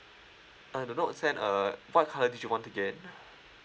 uh the note ten uh what colour did you want again